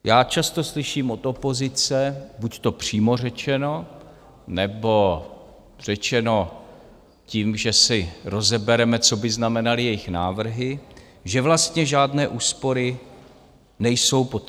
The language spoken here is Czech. Já často slyším od opozice, buďto přímo řečeno, nebo řečeno tím, že si rozebereme, co by znamenaly jejich návrhy, že vlastně žádné úspory nejsou potřeba.